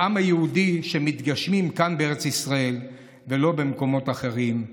בעם היהודי שמתגשמים כאן בארץ ישראל ולא במקומות אחרים.